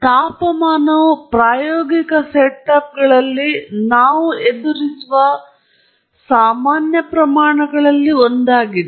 ತಾಪಮಾನವು ಪ್ರಾಯೋಗಿಕ ಸೆಟಪ್ಗಳಲ್ಲಿ ನಾವು ಎದುರಿಸುವ ಸಾಮಾನ್ಯ ಪ್ರಮಾಣಗಳಲ್ಲಿ ಒಂದಾಗಿದೆ